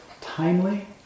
timely